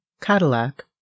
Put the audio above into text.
Cadillac